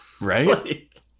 right